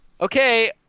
okay